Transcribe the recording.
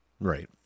Right